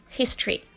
history